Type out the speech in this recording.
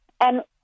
And-